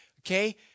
okay